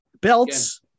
Belts